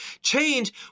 change